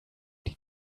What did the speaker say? die